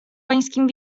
pańskim